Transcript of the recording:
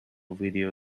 video